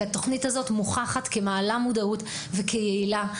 התוכנית הזו מוכחת כמעלה מודעות וכיעילה.